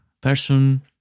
person